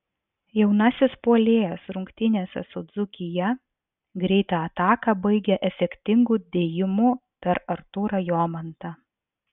jaunasis puolėjas rungtynėse su dzūkija greitą ataką baigė efektingu dėjimu per artūrą jomantą